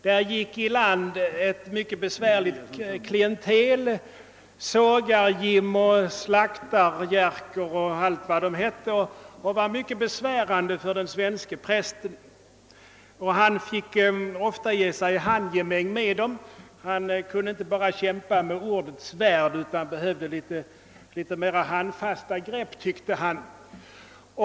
Där gick ett mycket besvärligt klientel i land: »Sågarjim« och »Slaktarjerker« och allt vad de hette. Detta var mycket besvärande för den svenske prästen. Han fick ofta ge sig i handgemäng med dem; han kunde inte kämpa enbart med ordets svärd utan behövde litet mera handfasta grepp, tyckte han.